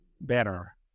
better